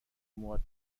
موهات